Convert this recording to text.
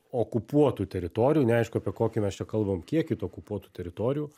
okupuotų teritorijų neaišku apie kokį mes čia kalbam kiekį tų okupuotų teritorijų